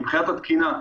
מבחינת התקינה,